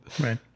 Right